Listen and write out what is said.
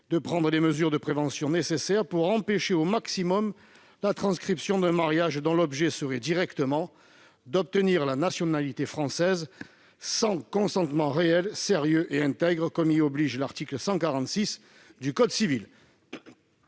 de prendre des mesures de prévention nécessaires pour empêcher, au maximum, la transcription de mariages dont l'objet serait d'obtenir la nationalité française sans reposer sur le consentement réel, sérieux et intègre qu'exige l'article 146 du code civil.